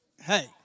hey